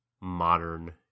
modern